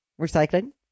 Recycling